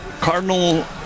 Cardinal